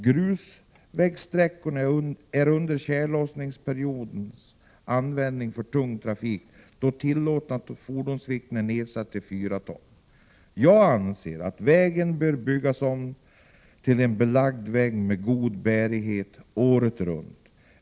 Grusvägssträckorna är under tjällossningsperioden avstängda för tung trafik då tillåten fordonsvikt är nedsatt till 4 ton. Jag anser att vägen bör byggas om till en belagd väg med god bärighet året runt.